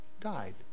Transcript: died